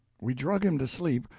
we drug him to sleep,